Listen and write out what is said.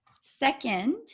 Second